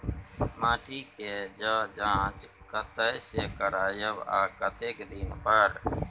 माटी के ज जॉंच कतय से करायब आ कतेक दिन पर?